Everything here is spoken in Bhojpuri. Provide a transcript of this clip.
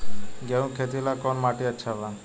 गेहूं के खेती ला कौन माटी अच्छा बा?